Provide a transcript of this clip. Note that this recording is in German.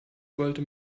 wollte